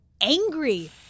angry